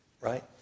Right